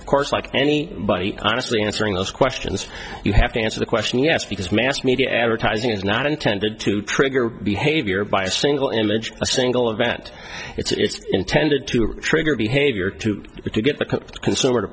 of course like any body honestly answering those questions you have to answer the question you ask because mass media advertising is not intended to trigger behavior by a single image a single event it's intended to trigger behavior to get the consumer to